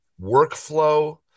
workflow